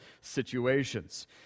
situations